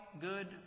good